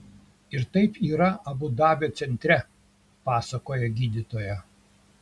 ir taip yra abu dabio centre pasakoja gydytoja